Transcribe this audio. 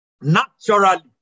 naturally